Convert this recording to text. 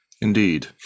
Indeed